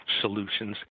solutions